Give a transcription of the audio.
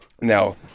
Now